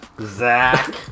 Zach